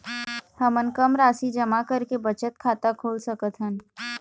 हमन कम राशि जमा करके बचत खाता खोल सकथन?